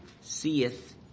seeth